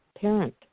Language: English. parent